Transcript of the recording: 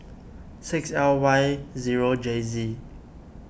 six L Y zero J Z